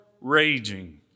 raging